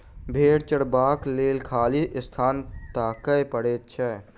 भेंड़ चरयबाक लेल खाली स्थान ताकय पड़ैत छै